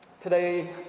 Today